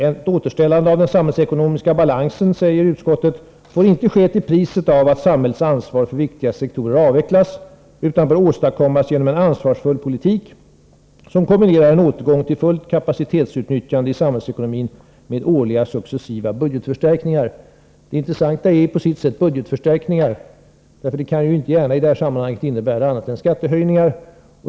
Ett återställande av den samhällsekonomiska balansen får inte ske, säger utskottet, ”till priset av att samhällets ansvar för viktiga sektorer avvecklas utan bör åstadkommas genom en ansvarsfull politik, som kombinerar en återgång till fullt kapacitetsutnyttjande i samhällsekonomin med årliga successiva budgetförstärkningar.” Det intressanta är, på sitt sätt, budgetförstärkningarna. Det kan i det här sammanhanget inte gärna innebära något annat än skattehöjningar.